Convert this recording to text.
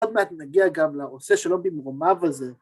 עוד מעט נגיע גם לעושה שלום במרומיו הזה.